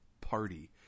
party